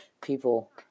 people